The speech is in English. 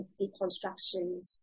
deconstructions